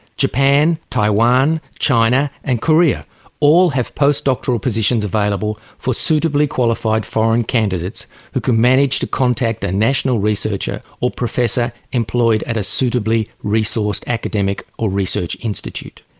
japan, taiwan, china and korea all have postdoctoral positions available for suitably qualified foreign candidates who can manage to contact their national researcher or professor employed at a suitably resourced academic or research institute.